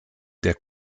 der